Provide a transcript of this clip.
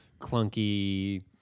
clunky